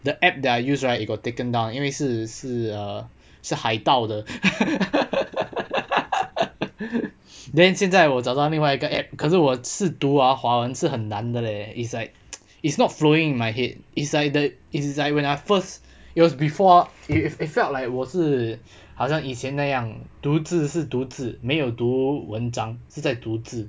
the app that I use right it got taken down 因为是是 err 是海盗的 then 现在我找到另外一个 app 可是我是读啊华文是很难的 leh it's like it's not flowing in my head it's like the it is like when I first it was before it it felt like 我是好像以前那样读字是读字没有读文章是在读字